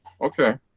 Okay